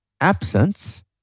absence